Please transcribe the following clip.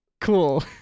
Cool